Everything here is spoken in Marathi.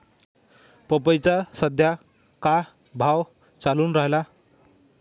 पपईचा सद्या का भाव चालून रायला?